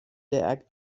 der